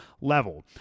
level